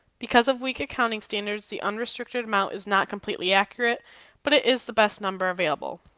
because of weak accounting standards the unrestricted amount is not completely accurate but it is the best number available.